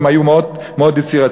והם היו מאוד יצירתיים.